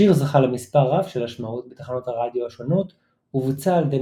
השיר זכה למספר רב של השמעות בתחנות הרדיו השונות ובוצע על ידי